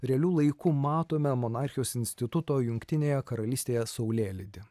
realiu laiku matome monarchijos instituto jungtinėje karalystėje saulėlydį